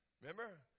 Remember